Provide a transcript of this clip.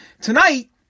Tonight